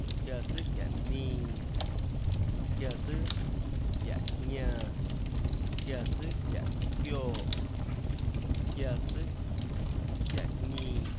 Tróhå çiáã tsùâ çiáhå ñínâ. tróhå çiáã tsùâ çiáhå jñánâ, tróhå çiáã tsùâ çiáhå jñánã, tróhå çiáã tsùâ çiáhå çioè.